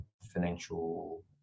financial